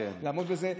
כדי לעמוד בזה,